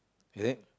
is it